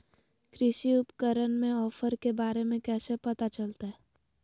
कृषि उपकरण के ऑफर के बारे में कैसे पता चलतय?